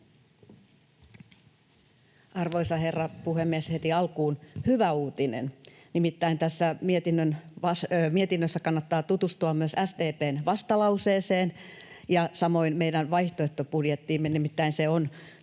Arvoisa herra puhemies! Heti alkuun hyvä uutinen: tässä mietinnössä kannattaa tutustua myös SDP:n vastalauseeseen ja samoin meidän vaihtoehtobudjettiimme, nimittäin se on